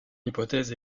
hypothèse